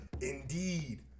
indeed